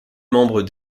membre